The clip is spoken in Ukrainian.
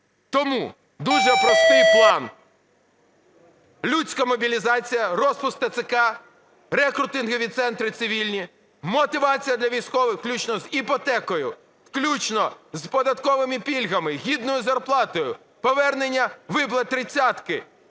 Тому дуже простий план: людська мобілізація, розпуск ТЦК, рекрутингові центри, цивільні; мотивація для військових, включно з іпотекою, включно з податковими пільгами, гідною зарплатою, повернення виплат тридцятки,